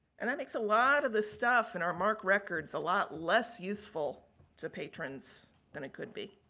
and, that makes a lot of the stuff in our mark records a lot less useful to patrons than it could be.